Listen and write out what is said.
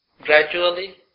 gradually